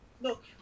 Look